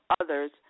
others